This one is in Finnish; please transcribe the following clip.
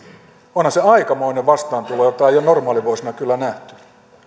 onhan se aikamoinen vastaantulo jota ei ole normaalivuosina kyllä nähty